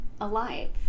alive